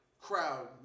crowd